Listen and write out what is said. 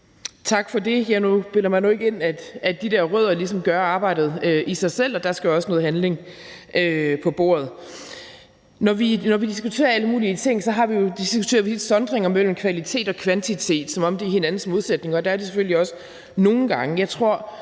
Tak for det. Jeg bilder mig nu ikke ind, at de der rødder ligesom gør arbejdet af sig selv; der skal også noget handling på bordet. Når vi diskuterer alle mulige ting, har vi jo sondringer imellem kvalitet og kvantitet, som om de er hinandens modsætninger, og det er de selvfølgelig også nogle gange.